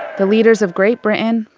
the leaders of great britain,